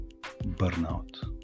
burnout